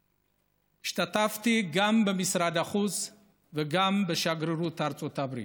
השתתפתי גם במשרד החוץ וגם בשגרירות ארצות הברית.